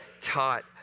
taught